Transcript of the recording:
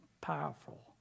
powerful